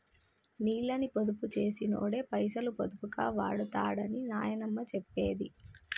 నీళ్ళని పొదుపు చేసినోడే పైసలు పొదుపుగా వాడుతడని నాయనమ్మ చెప్పేది